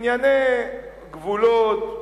ענייני גבולות,